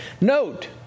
Note